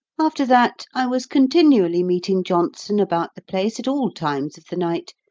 after that, i was continually meeting johnson about the place at all times of the night,